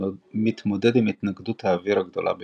המתמודד עם התנגדות האוויר הגדולה ביותר.